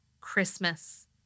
Christmas